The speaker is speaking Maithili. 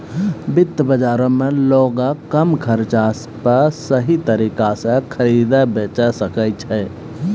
वित्त बजारो मे लोगें कम खर्चा पे सही तरिका से खरीदे बेचै सकै छै